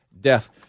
death